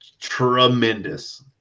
tremendous